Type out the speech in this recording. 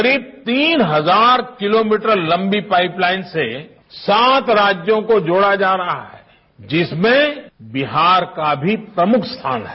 करीब तीन हजार किलोमीटर लंबी पाईपलाइन से सात राज्यों को जोडा जा रहा है जिसमें बिहार का भी प्रमुख स्थान है